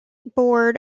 board